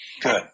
Good